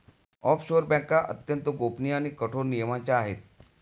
offshore बँका अत्यंत गोपनीय आणि कठोर नियमांच्या आहे